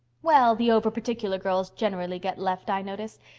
well, the over-particular girls generally get left, i notice.